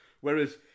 Whereas